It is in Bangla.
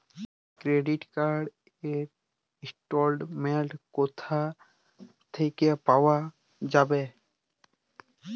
ক্রেডিট কার্ড র স্টেটমেন্ট কোথা থেকে পাওয়া যাবে?